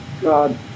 God